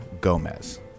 Gomez